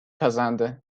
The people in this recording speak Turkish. kazandı